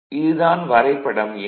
இது தான் வரைபடம் எண்